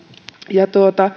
ja